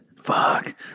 Fuck